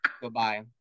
Goodbye